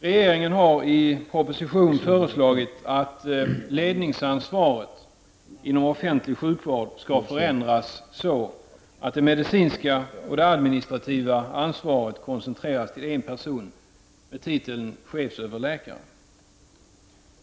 Regeringen har i proposition föreslagit att ledningsansvaret inom offentlig sjukvård skall förändras så att det medicinska och det administrativa ansvaret koncentreras till en person med titeln chefsöverläkare.